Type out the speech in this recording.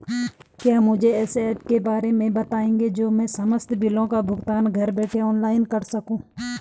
क्या मुझे ऐसे ऐप के बारे में बताएँगे जो मैं समस्त बिलों का भुगतान घर बैठे ऑनलाइन कर सकूँ?